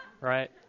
Right